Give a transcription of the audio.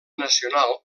nacional